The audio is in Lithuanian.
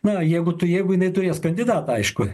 na jeigu tu jeigu jinai turės kandidatą aišku